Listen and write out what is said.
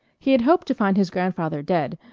he had hoped to find his grandfather dead,